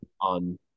on